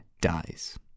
dies